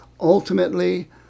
Ultimately